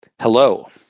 hello